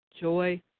joy